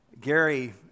Gary